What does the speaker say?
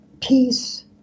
peace